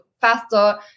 faster